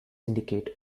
indicate